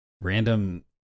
random